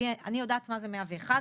אני יודעת מה זה 101,